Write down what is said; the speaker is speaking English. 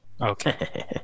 okay